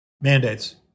Mandates